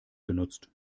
genutzt